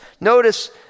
Notice